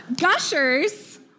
Gushers